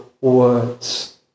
Words